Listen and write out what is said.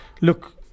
look